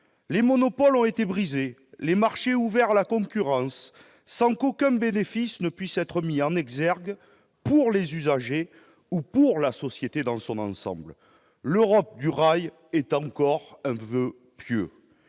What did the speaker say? Les monopoles ont été brisés et les marchés ouverts à la concurrence sans qu'aucun bénéfice puisse être mis en exergue pour les usagers ou pour la société dans son entier. L'Europe du rail est encore un voeu pieux.